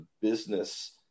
business